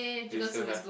we still have